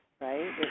right